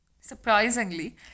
surprisingly